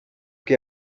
que